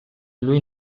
lui